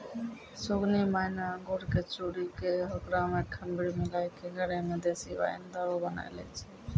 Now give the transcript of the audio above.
सुगनी माय न अंगूर कॅ चूरी कॅ होकरा मॅ खमीर मिलाय क घरै मॅ देशी वाइन दारू बनाय लै छै